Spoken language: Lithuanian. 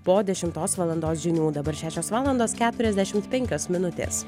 po dešimtos valandos žinių dabar šešios valandos keturiasdešimt penkios minutės